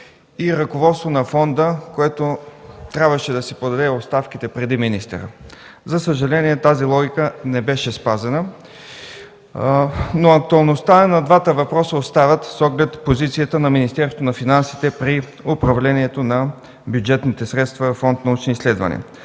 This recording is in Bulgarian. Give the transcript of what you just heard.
и ръководство на Фонда, което трябваше да си подаде оставките преди министъра. За съжаление, тази логика не беше спазена. Актуалността на двата въпроса остава с оглед позицията на Министерството на финансите при управлението на бюджетните средства във Фонд „Научни изследвания”.